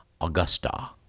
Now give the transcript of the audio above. Augusta